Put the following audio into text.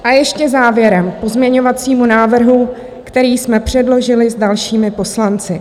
A ještě závěrem k pozměňovacímu návrhu, který jsme předložili s dalšími poslanci.